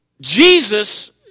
Jesus